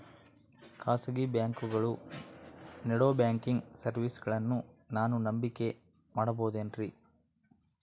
ಖಾಸಗಿ ಬ್ಯಾಂಕುಗಳು ನೇಡೋ ಬ್ಯಾಂಕಿಗ್ ಸರ್ವೇಸಗಳನ್ನು ನಾನು ನಂಬಿಕೆ ಮಾಡಬಹುದೇನ್ರಿ?